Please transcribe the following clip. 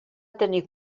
tenir